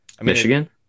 Michigan